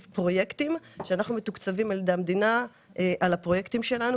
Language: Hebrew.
פרויקטים ואנחנו מתוקצבים על-ידי המדינה על הפרויקטים שלנו.